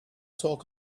talk